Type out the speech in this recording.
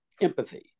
empathy